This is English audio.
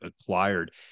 acquired